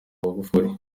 magufuli